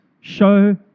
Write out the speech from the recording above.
show